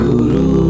Guru